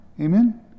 Amen